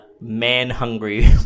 man-hungry